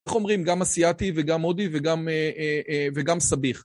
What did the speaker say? איך אומרים? גם אסייתי וגם הודי וגם סביח.